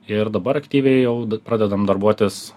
ir dabar aktyviai jau pradedam darbuotis